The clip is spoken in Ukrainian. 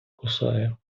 кусає